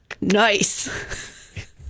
Nice